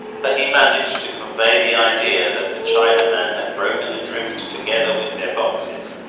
but he managed to convey the idea that the chinaman had broken adrift together with their boxes,